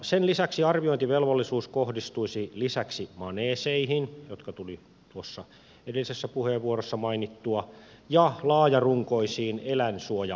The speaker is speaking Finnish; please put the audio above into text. sen lisäksi arviointivelvollisuus kohdistuisi maneeseihin jotka tulivat tuossa edellisessä puheenvuorossa mainittua ja laajarunkoisiin eläinsuojarakennuksiin